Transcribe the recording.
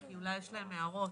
כי אולי יש להם הערות.